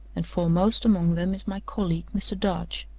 and foremost among them is my colleague, mr. darch.